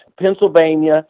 Pennsylvania